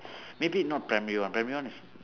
maybe not primary one primary one is